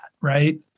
right